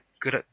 Good